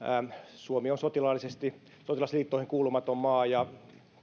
suomi on sotilasliittoihin kuulumaton maa ja